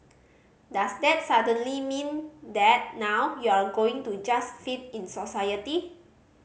does that suddenly mean that now you're going to just fit in society